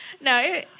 No